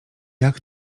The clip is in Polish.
jak